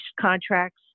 contracts